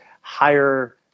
higher